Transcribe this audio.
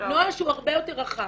נוהל שהוא הרבה יותר רחב,